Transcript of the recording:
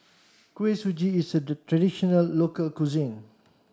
Kuih Suji is a the traditional local cuisine